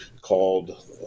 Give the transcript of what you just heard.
called